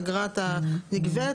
אגרה נגבית,